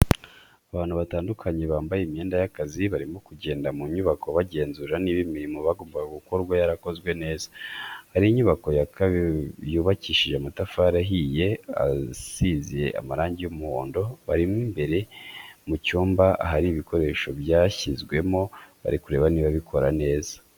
Abantu batandukanye bambaye imyenda y'akazi barimo kugenda mu nyubako bagenzura niba imirimo yagombaga gukorwa yarakozwe neza, hari inyubako yubakishije amatafari ahiye isize amarangi y'umuhondo, bari imbere mu cyumba ahari ibikoresho byashyizwemo bari kureba niba bikora neza.